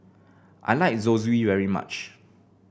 I like Zosui very much